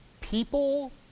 people